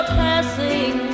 passing